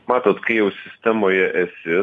matot kai jau sistemoje esi